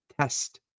test